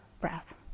breath